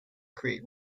create